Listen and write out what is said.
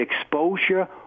exposure